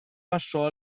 passò